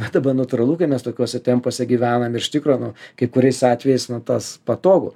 bet dabar natūralu kai mes tokiuose tempuose gyvenam iš tikro nu kai kuriais atvejais nu tas patogu